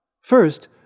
First